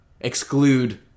exclude